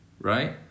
right